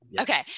Okay